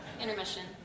intermission